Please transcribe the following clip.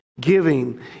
giving